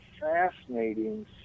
fascinating